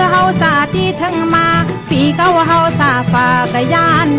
da da da da um da da da da da